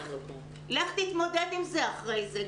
לך תתמודד עם זה אחרי זה.